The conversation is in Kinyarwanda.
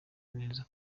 neza